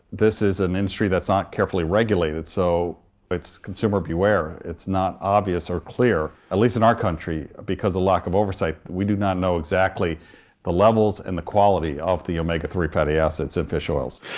this is an industry that's not carefully regulated, so it's consumer beware. it's not obvious or clear, at least in our country because of a lack of oversight, we do not know exactly the levels and the quality of the omega three fatty acids in fish oils.